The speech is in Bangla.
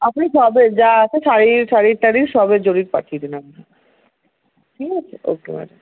আপনি সবই যা আছে শাড়ির শাড়ির টারির সবের ছবি পাঠিয়ে দেবেন আপনি ঠিক আছে ওকে ম্যাডাম